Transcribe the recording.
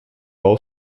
law